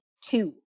two